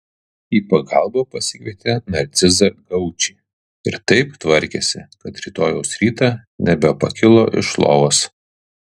į pagalbą pasikvietė narcizą gaučį ir taip tvarkėsi kad rytojaus rytą nebepakilo iš lovos